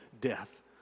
death